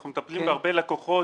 אנחנו מטפלים בהרבה לקוחות